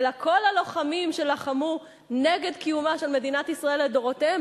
אלא כל הלוחמים שלחמו נגד קיומה של מדינת ישראל לדורותיהם,